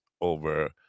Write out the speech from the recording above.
over